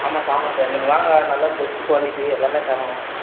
ஆமாம் சார் ஆமாம் சார் நீங்கள் வாங்க நல்லா பெஸ்ட்டு குவாலிட்டி எல்லாமே தரோம்